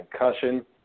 concussion